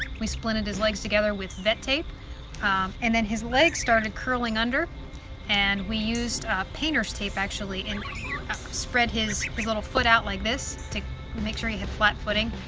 we splinted his legs together with vet tape and then his legs started curling under and we used painters tape actually and spread his little foot out like this to make sure he had flat footing.